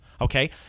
okay